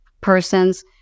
persons